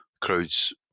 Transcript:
crowds